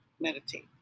meditate